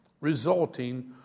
resulting